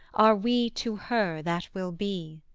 are we to her that will be